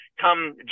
come